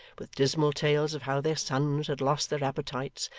with dismal tales of how their sons had lost their appetites,